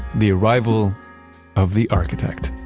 the arrival of the architect,